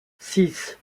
six